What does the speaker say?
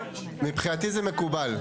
מבחינתי זה מקובל.